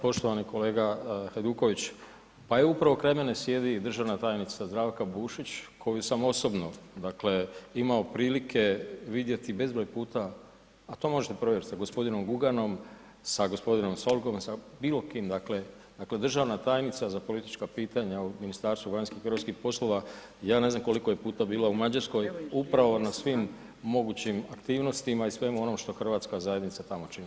Poštovani kolega Hajduković, pa upravo kraj mene sjedi i državna tajnica Zdravka Bušić koju sam osobno, dakle imao prilike vidjeti bezbroj puta, a to možete provjeriti sa gospodinom Guganom, sa gospodinom Solkom, sa bilo kim, dakle državna tajnica za politička pitanja u Ministarstvu vanjskih i europskih poslova, ja ne znam koliko je puta bila u Mađarskoj upravo na svim mogućim aktivnostima i svemu onome što hrvatska zajednica tamo čini.